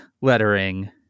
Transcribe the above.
lettering